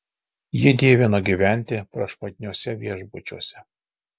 ji dievino gyventi prašmatniuose viešbučiuose